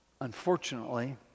unfortunately